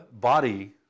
body